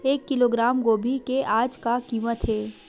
एक किलोग्राम गोभी के आज का कीमत हे?